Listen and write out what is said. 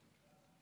עיר.